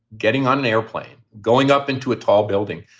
getting on an airplane, going up into a tall building.